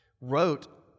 wrote